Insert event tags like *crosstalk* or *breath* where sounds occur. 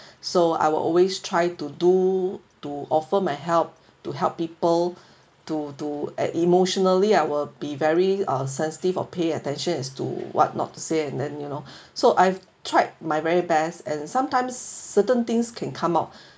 so I will always try to do to offer my help to help people *breath* to to at emotionally I will be very uh sensitive or pay attention as to what not to say and then you know *breath* so I tried my very best and sometimes certain things can come out